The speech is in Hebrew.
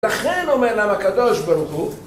ולכן אומר למה הקדוש ברוך הוא